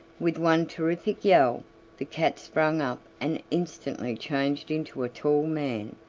with one terrific yell the cat sprang up and instantly changed into a tall man,